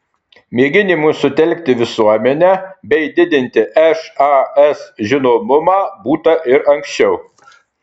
mėginimų sutelkti visuomenę bei didinti šas žinomumą būta ir anksčiau